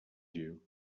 you